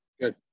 good